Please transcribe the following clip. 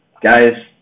guys